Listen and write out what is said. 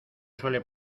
suele